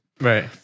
Right